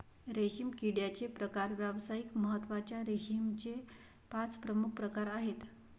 रेशीम किड्याचे प्रकार व्यावसायिक महत्त्वाच्या रेशीमचे पाच प्रमुख प्रकार आहेत